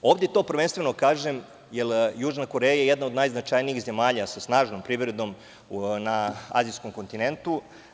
Ovde to prvenstveno kažem, jer je Južna Koreja jedna od najznačajnijih zemalja, sa snažnom privredom, na Azijskom kontintentu.